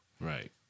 Right